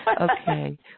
Okay